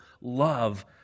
love